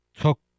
took